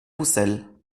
roussel